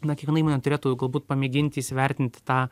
na kiekviena įmonė turėtų jau galbūt pamėgint įsivertinti tą